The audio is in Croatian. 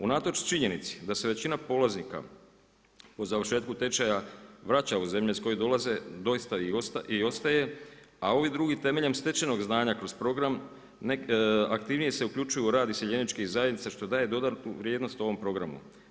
Unatoč činjenici da se većina polaznika po završetku tečaja vraća u zemlje iz kojih dolaze doista i ostaje a ovi drugi temeljem stečenog znanja kroz program aktivnije se uključuju u rad iseljeničkih zajednica što daje dodatnu vrijednost ovom programu.